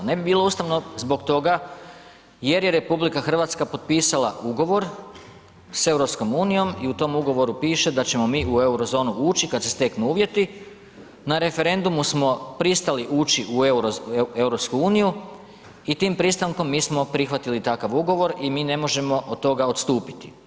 Ne bi bilo ustavno zbog toga jer je RH potpisala ugovor s EU i u tom ugovoru piše da ćemo mi u euro zonu ući kad se steknu uvjeti, na referendumu smo pristali ući u EU i tim pristankom mi smo prihvatili takav ugovor i mi ne možemo od toga odstupiti.